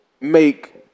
make